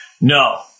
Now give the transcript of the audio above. No